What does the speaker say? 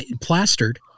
Plastered